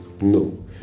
no